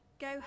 go